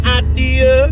idea